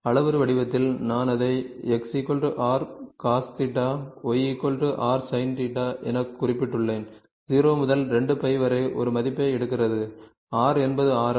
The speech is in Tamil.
அளவுரு வடிவத்தில் நான் அதை X r cosθ Y r sinθ என குறிப்பிடுகிறேன் 0 முதல் 2π வரை ஒரு மதிப்பை எடுக்கிறது r என்பது ஆரம்